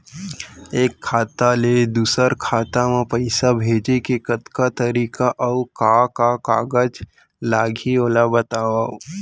एक खाता ले दूसर खाता मा पइसा भेजे के कतका तरीका अऊ का का कागज लागही ओला बतावव?